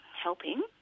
helping